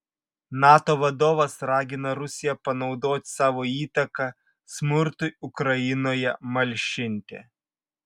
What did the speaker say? nato vadovas ragina rusiją panaudoti savo įtaką smurtui ukrainoje malšinti